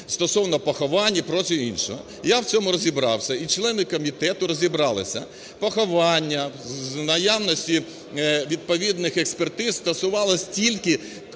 стосовно поховань і прочого іншого. Я в цьому розібрався і члени комітету розібралися. Поховання з наявності відповідних експертиз стосувалося тільки